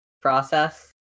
process